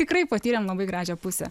tikrai patyrėm labai gražią pusę